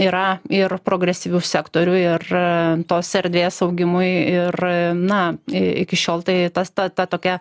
yra ir progresyvių sektorių ir tos erdvės augimui ir na iki šiol tai tas ta tokia